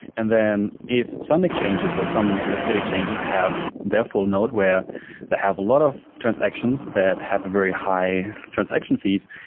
and then if some exchanges or some, let's say, exchanges have their full node where they have a lot of transactions that have very high transaction fees,